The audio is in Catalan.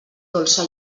dolça